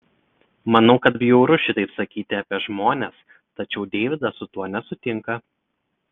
manau kad bjauru šitaip sakyti apie žmones tačiau deividas su tuo nesutinka